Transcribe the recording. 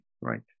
right